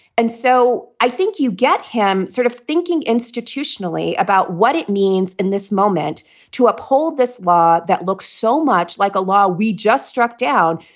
and so i think you get him sort of thinking institutionally about what it means in this moment to uphold this law that looks so much like a law we just struck down.